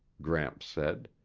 gramps said.